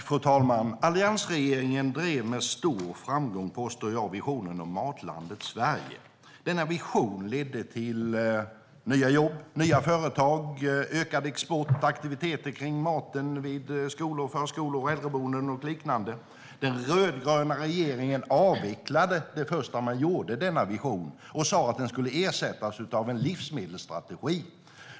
Fru talman! Alliansregeringen drev med stor framgång, påstår jag, visionen om Matlandet Sverige. Denna vision ledde till nya jobb, nya företag, ökad export och aktiviteter kring maten vid skolor, förskolor, äldreboenden och liknande. Den rödgröna regeringen avvecklade denna vision det första man gjorde och sa att den skulle ersättas av en livsmedelsstrategi.